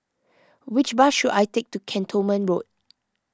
which bus should I take to Cantonment Road